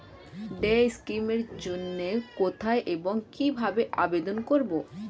Day scheme এর জন্য কোথায় এবং কিভাবে আবেদন করব?